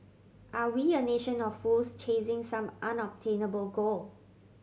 are we a nation of fools chasing some unobtainable goal